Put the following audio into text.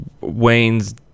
Wayne's